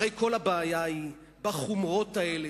הרי כל הבעיה היא בחומרות האלה,